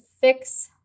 fix